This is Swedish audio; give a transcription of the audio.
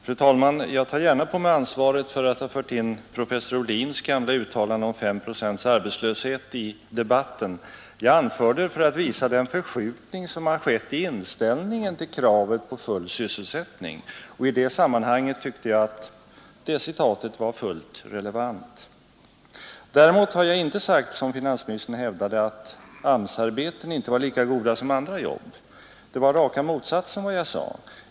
Fru talman! Jag tar gärna på mig ansvaret för att i debatten ha fört in professor Ohlins gamla uttalande om 5 procents arbetslöshet. Jag anförde det för att visa den förskjutning som har skett i inställningen till kravet på full sysselsättning, och i det sammanhanget tyckte jag att citatet var fullt relevant. Däremot har jag inte — som finansministern hävdade — sagt att AMS-arbeten inte är lika goda som andra jobb. Det var raka motsatsen jag sade.